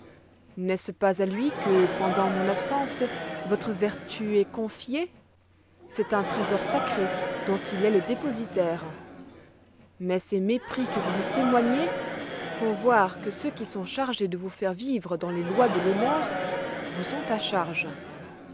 n'est-ce pas à lui que pendant mon absence votre vertu est confiée c'est un trésor sacré dont il est le dépositaire mais ces mépris que vous lui témoignez font voir que ceux qui sont chargés de vous faire vivre dans les lois de l'honneur vous sont à charge